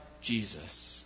Jesus